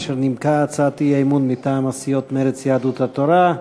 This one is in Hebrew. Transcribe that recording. אשר נימקה הצעת אי-אמון מטעם סיעות מרצ ויהדות התורה.